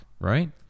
right